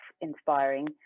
inspiring